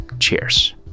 Cheers